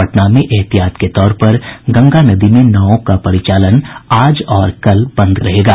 पटना में एहतियात के तौर पर गंगा नदी में नावों का परिचालन आज और कल बंद कर दिया गया है